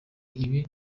ibi